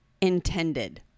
intended